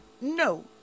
No